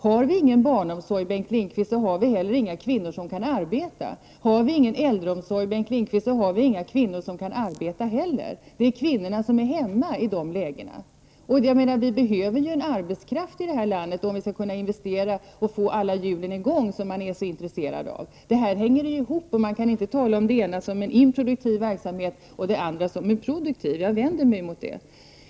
Har vi ingen barnomsorg, har vi heller inga kvinnor som kan arbeta. Har vi ingen äldreomsorg, har vi inte heller kvinnor som kan arbeta. Det är kvinnorna som blir hemma i dessa lägen. Vi behöver arbetskraft om vi skall kunna investera och få alla hjulen i gång, något som man ju är så intresserad av. Detta hänger ihop, och man kan inte tala om det ena som improduktiv verksamhet och om det andra som en produktiv. Jag vänder mig mot ett sådant synsätt.